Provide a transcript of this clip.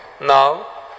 Now